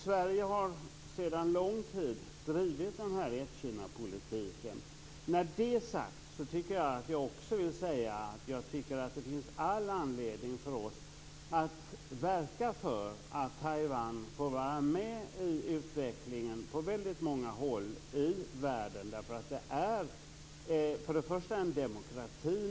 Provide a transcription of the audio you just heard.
Sverige har sedan lång tid tillbaka drivit ett-Kina-politiken. När det är sagt vill jag också framhålla att jag tycker att vi har all anledning att verka för att Taiwan får vara med i utvecklingen på väldigt många håll i världen. Taiwan är först och främst nu en demokrati.